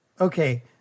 okay